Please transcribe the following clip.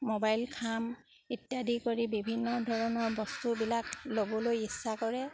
mobile খাম ইত্যাদি কৰি বিভিন্ন ধৰণৰ বস্তুবিলাক ল'বলৈ ইচ্ছা কৰে